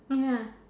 ya